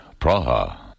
Praha